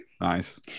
Nice